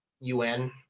UN